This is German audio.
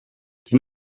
die